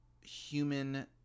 human